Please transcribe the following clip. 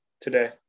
today